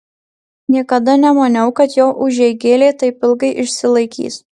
niekada nemaniau kad jo užeigėlė taip ilgai išsilaikys